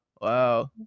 wow